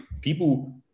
people